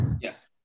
Yes